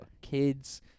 kids